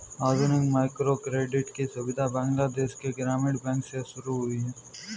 आधुनिक माइक्रोक्रेडिट की सुविधा बांग्लादेश के ग्रामीण बैंक से शुरू हुई है